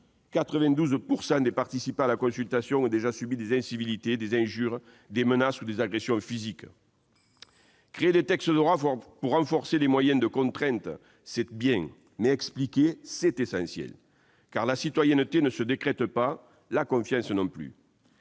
92 % des participants à la consultation ont déjà subi des incivilités, des injures, des menaces ou des agressions physiques. Rédiger des textes de loi pour renforcer les moyens de contrainte, c'est bien. Expliquer, c'est essentiel, car la citoyenneté ne se décrète pas, pas plus